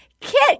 Kit